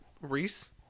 Reese